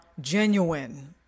genuine